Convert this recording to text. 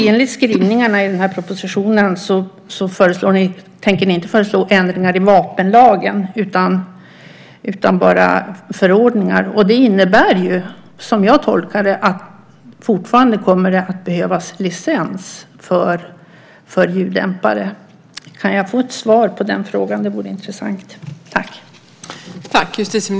Enligt skrivningarna i propositionen tänker ni inte föreslå ändringar i vapenlagen utan bara i förordningar. Som jag tolkar det innebär det att det fortfarande kommer att behövas licens för ljuddämpare. Kan jag få ett svar på frågan?